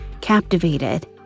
Captivated